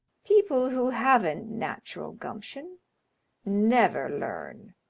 people who haven't natural gumption never learn,